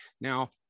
now